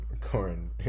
corn